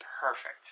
Perfect